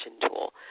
tool